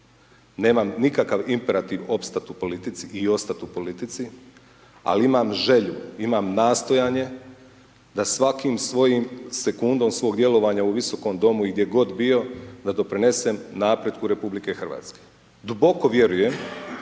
nemam nikakav imperativ opstati u politici i ostati u politici, ali imam želju, imam nastojanje da svakim svojim sekundom svoga djelovanja u Visokom domu i gdje god bio, da pridonesem napretku RH. Duboko vjerujem